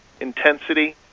intensity